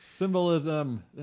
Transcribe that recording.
Symbolism